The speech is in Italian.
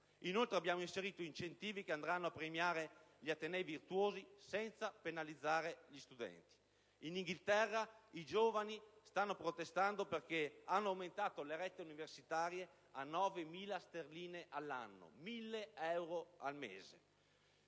Inoltre, abbiamo inserito incentivi che andranno a premiare gli atenei virtuosi, senza penalizzare gli studenti. In Inghilterra, i giovani stanno protestando perché hanno aumentato le rette universitarie a 9000 sterline all'anno, ovvero 1000 euro al mese.